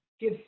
give